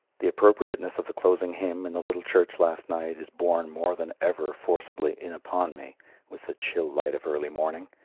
the appropriateness of the closing hymn in the little church last night is borne more than ever forcibly in upon me with the chill light of early morning,